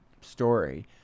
story